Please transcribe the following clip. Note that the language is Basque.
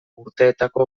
urteetako